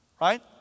right